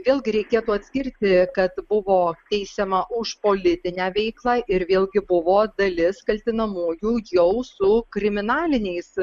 vėlgi reikėtų atskirti kad buvo teisiama už politinę veiklą ir vėlgi buvo dalis kaltinamųjų jau su kriminaliniais